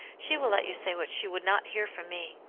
she will let you say what she would not hear from me.